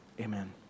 amen